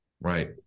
Right